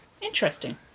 Interesting